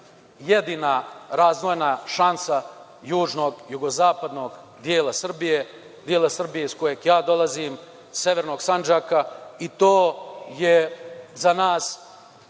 jedina razvoja šansa južnog, jugozapadnog dela Srbije, dela Srbije iz kojeg ja dolazim, severnog Sandžaka i to je za nas